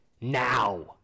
now